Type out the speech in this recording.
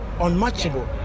unmatchable